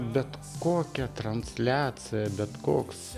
bet kokia transliacija bet koks